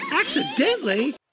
Accidentally